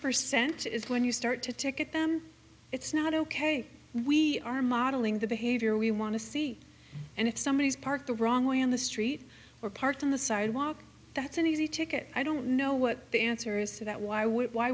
percent is when you start to ticket them it's not ok we are modeling the behavior we want to see and if somebody is parked the wrong way on the street or parked on the sidewalk that's an easy ticket i don't know what the answer is to that why would why